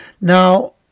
Now